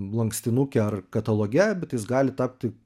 lankstinuke ar kataloge bet jis gali tapti